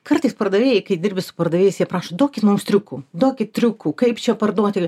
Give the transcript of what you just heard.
kartais pardavėjai kai dirbi su pardavėjais jie prašo duokit mums triukų duokit triukų kaip čia parduoti